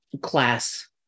class